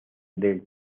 del